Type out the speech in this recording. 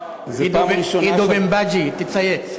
עידו בנבג'י, תצייץ.